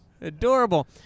Adorable